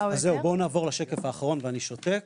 בואו נעבור לשקף האחרון ואני שותק.